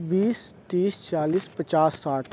بیس تیس چالیس پچاس ساٹھ